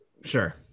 sure